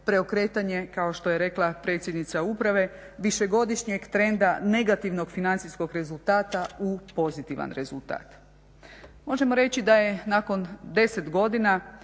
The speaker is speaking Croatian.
preokretanje kao što je rekla predsjednica uprave višegodišnjeg trenda negativnog financijskog rezultata u pozitivan rezultat. Možemo reći da je nakon 10 godina